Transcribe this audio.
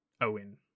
Owen